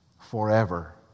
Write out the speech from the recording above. forever